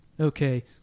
okay